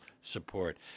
support